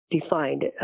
defined